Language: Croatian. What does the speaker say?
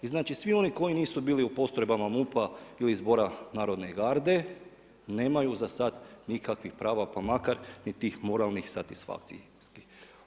I znači svi oni koji nisu bili u postrojbama MUP-a ili Zbora narodne garde nemaju za sad nikakvih prava, pa makar ni tih moralnih satisfakcijskih.